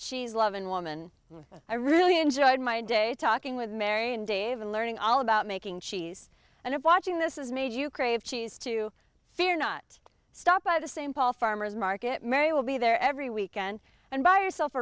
cheese loving woman i really enjoyed my day talking with mary and dave in learning all about making cheese and of watching this is made you crave cheese to fear not stop by the same paul farmer's market many will be there every weekend and buy yourself